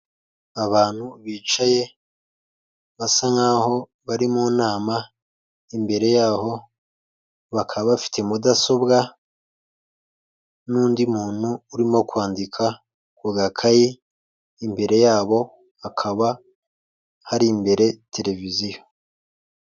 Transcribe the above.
Abantu bicaye basa nkaho bari mu nama, imbere yaho bakaba bafite mudasobwa n'undi muntu urimo kwandika ku gakayi, imbere yabo hakaba hari imbere televiziyo.